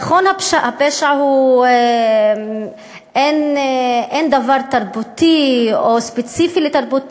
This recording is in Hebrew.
נכון שבפשע אין דבר תרבותי או ספציפי לתרבות מסוימת.